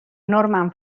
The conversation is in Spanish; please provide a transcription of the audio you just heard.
norman